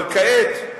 אבל כעת,